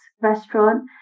Restaurant